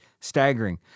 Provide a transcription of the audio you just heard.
staggering